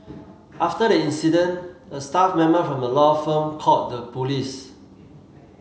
after the incident a staff member from the law firm called the police